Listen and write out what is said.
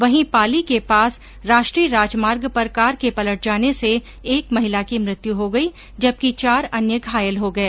वहीं पाली के पास राष्ट्रीय राजमार्ग पर कार के पलट जाने से एक महिला की मृत्यु हो गई जबकि चार अन्य घायल हो गए